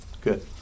Good